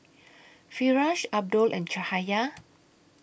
Firash Abdul and Cahaya